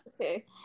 okay